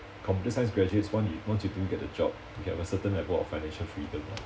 computer science graduates one once you do get the job you can have a certain level of financial freedom